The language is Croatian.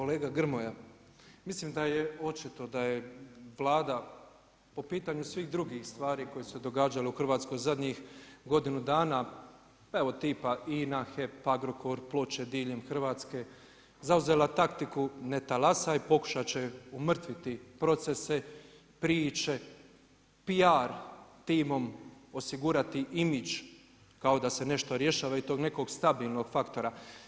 Kolega Grmoja, mislim da je očito da je Vlada po pitanju svih drugih stvari koje su se događale u Hrvatskoj zadnjih godinu dana evo, tipa INA, HEP, Agrokor, Ploče, diljem Hrvatske, zauzela taktiku ne talasaj, pokušat će umrtviti procese, priče, PR timom osigurati imidž kao da se nešto rješava i tog nekog stabilnog faktora.